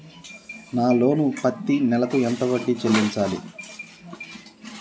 నా లోను పత్తి నెల కు ఎంత వడ్డీ చెల్లించాలి?